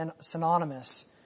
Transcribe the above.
synonymous